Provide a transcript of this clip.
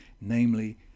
namely